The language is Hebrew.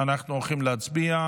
אנחנו הולכים להצביע.